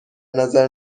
نظر